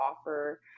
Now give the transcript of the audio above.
offer